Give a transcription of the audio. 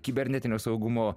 kibernetinio saugumo